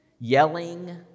Yelling